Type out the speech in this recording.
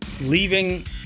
leaving